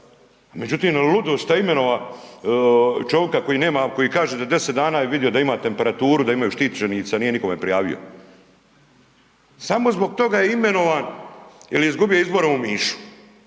Međutim, ludost šta je imenova čovika koji nema, koji 10 dana je vidia da ima temperaturu, da imaju štićenici, a nije nikome prijavio. Samo zbog toga je imenovan jer je izgubio izbore u Omišu.